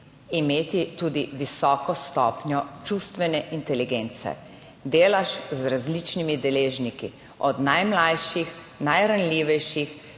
imeti tudi visoko stopnjo čustvene inteligence. Delaš z različnimi deležniki, od najmlajših, najranljivejših